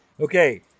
okay